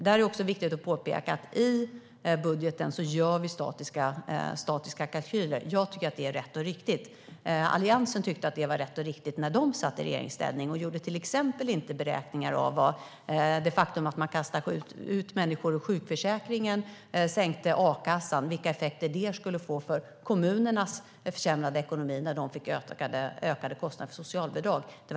Det är viktigt att påpeka att vi i budgeten gör statiska kalkyler. Jag tycker att det är rätt och riktigt, och Alliansen tyckte att det var rätt och riktigt när de satt i regeringsställning. De gjorde till exempel inte beräkningar av vilka effekter det faktum att man kastade ut människor ur sjukförsäkringen och sänkte a-kassan skulle få för kommunerna, som får försämrad ekonomi när kostnaderna för socialbidrag ökar.